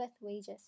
wages